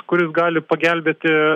kuris gali pagelbėti